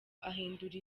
ahindura